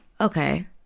okay